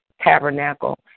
tabernacle